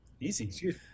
Easy